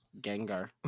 Gengar